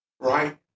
right